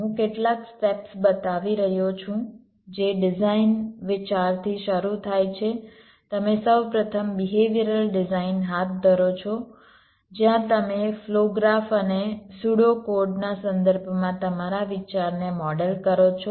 હું કેટલાક સ્ટેપ્સ બતાવી રહ્યો છું જે ડિઝાઇન વિચારથી શરૂ થાય છે તમે સૌ પ્રથમ બિહેવિયરલ ડિઝાઇન હાથ ધરો છો જ્યાં તમે ફ્લો ગ્રાફ અને સ્યુડો કોડ ના સંદર્ભમાં તમારા વિચારને મોડેલ કરો છો